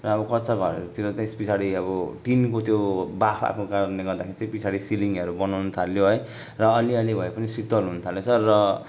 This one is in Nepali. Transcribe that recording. र अब कच्चा घरहरूतिर त्यस पछाडि अब टिनको त्यो बाफ आएको कारणले गर्दाखेरि पछाडि सिलिङहरू बनाउँनु थाल्यो र अलिअलि भए पनि शीतल हुनु थालेछ र